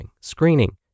screening